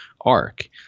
arc